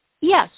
yes